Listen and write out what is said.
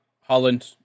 Holland